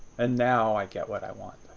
and now i get what i want.